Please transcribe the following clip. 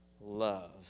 love